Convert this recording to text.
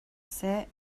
seh